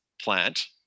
plant